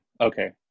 Okay